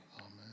Amen